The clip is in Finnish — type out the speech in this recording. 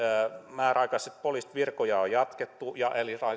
määräaikaisia poliisinvirkoja on jatkettu ja